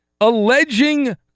alleging